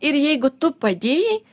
ir jeigu tu padėjai